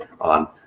on